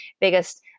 biggest